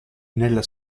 nella